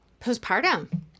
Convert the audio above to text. postpartum